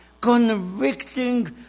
convicting